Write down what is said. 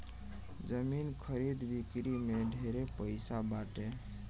जमीन खरीद बिक्री में ढेरे पैसा बाटे